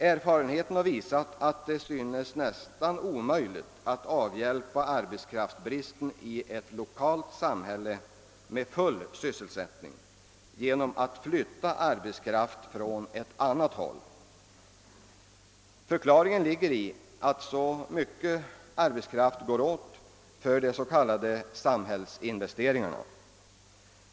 Erfarenheten har visat att det är nästan omöjligt att avhjälpa arbetskraftsbristen i ett lokalt samhälle med full sysselsättning genom att flytta arbetskraft dit från annat håll. Förklaringen är att så mycket arbetskraft går åt för de s.k. samhällsinvesteringarna.